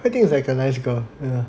Hui Ting is like a nice girl ya